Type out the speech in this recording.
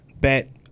bet